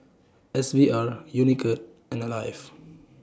S V R Unicurd and Alive